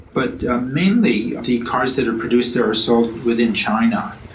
but ah mainly the cars that are produced there are sold within china.